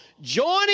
Joining